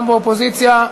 גם באופוזיציה,